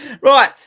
Right